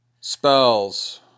Spells